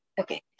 okay